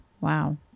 Wow